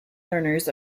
learners